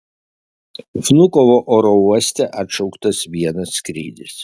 vnukovo oro uoste atšauktas vienas skrydis